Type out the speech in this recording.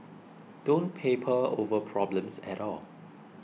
don't paper over problems at all